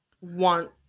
want